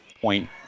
Point